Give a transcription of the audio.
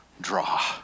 draw